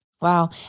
Wow